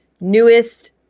newest